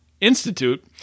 Institute